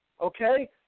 okay